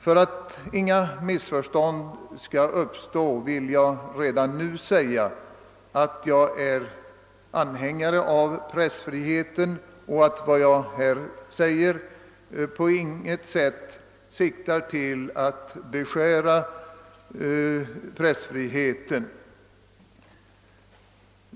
För att inga missförstånd skall uppstå vill jag redan nu betona att jag är anhängare av pressfriheten och att mitt anförande på intet sätt syftar till att beskära denna frihet.